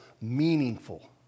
meaningful